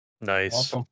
Nice